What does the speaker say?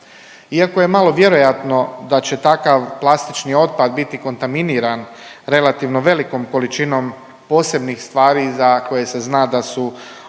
Iako je malo vjerojatno da će takav plastični otpad biti kontaminiran relativno velikom količinom posebnih stvari za koje se zna da su opasne